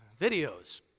Videos